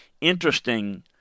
Interesting